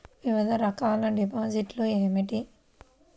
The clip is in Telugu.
వివిధ రకాల డిపాజిట్లు ఏమిటీ?